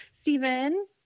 Stephen